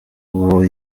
uwo